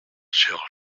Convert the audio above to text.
sur